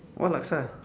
what laksa